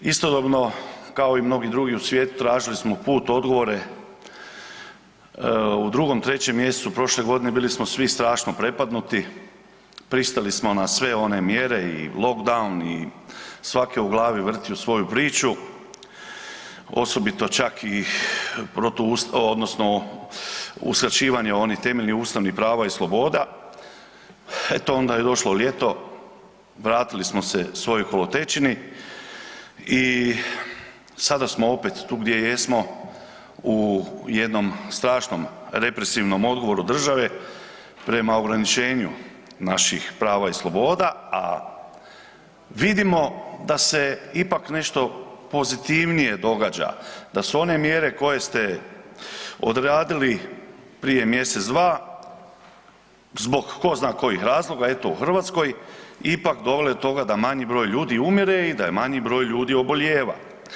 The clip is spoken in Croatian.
Istodobno, kao i mnogi drugi u svijetu, tražili smo put, odgovore u 2., 3. mj. prošle godine, bili smo svi strašno prepadnuti, pristali smo na sve one mjere i lockdown i svak je u glavi vrtio svoju priču, osobito čak i protuustavno odnosno uskraćivanje onih temeljnih ustavnih prava i sloboda, eto onda je došlo ljeto, vratili smo se svojoj kolotečini i sada smo opet tu gdje jesmo, u jednom strašnom represivnom odgovoru države prema ograničenju napih prava i sloboda a vidimo da se ipak nešto pozitivnije događa, da su one mjere koje ste odradili prije mjesec, dva zbog ko zna kojih razloga, eto u Hrvatskoj, ipak dovele do toga da manji broj ljudi umire i da manji broj ljudi obolijeva.